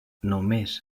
només